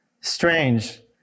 strange